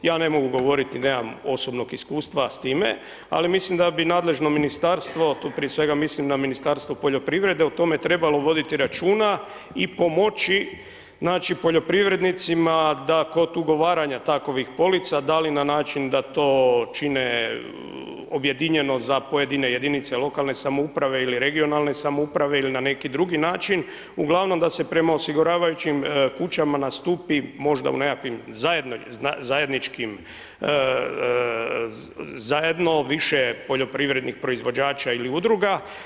Ja ne mogu govoriti nemam osobnog iskustva s time, ali mislim da mi nadležno ministarstvo, tu prije mislim na Ministarstvo poljoprivrede o tome trebalo voditi računa i pomoći znači poljoprivrednicima da kod ugovaranja takovih polica, da li na način da to čine objedinjeno za pojedine jedinice lokalne samouprave ili regionalne samouprave ili na neki drugi način, uglavnom da se prema osiguravajućim kućama nastupi možda u nekakvim zajedničkim, zajedno više poljoprivrednih proizvođača ili udruga.